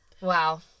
Wow